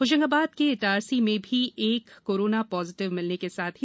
होशंगाबाद के इटारसी में भी एक कोरोना पाजिटिव मरीज मिलने की खबर है